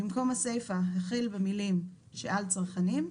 במקום הסיפה החל במילים "שעל צרכנים"